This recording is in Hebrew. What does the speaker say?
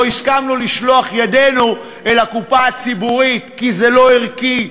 לא הסכמנו לשלוח ידנו אל הקופה הציבורית כי זה לא ערכי,